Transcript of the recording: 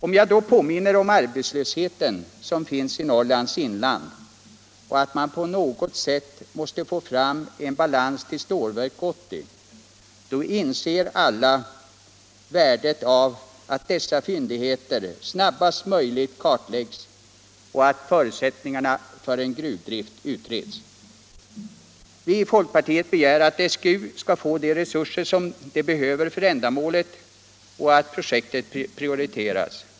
Om jag påminner om den arbetslöshet som finns i Norrlands inland och om att man på något sätt måste få fram en balans till Stålverk 80, då inser alla värdet av att dessa fyndigheter snabbast möjligt kartläggs och förutsättningarna för en gruvdrift utreds. Vi i folkpartiet begär att SGU skall få de resurser som behövs för ändamålet och att projektet prioriteras.